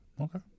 Okay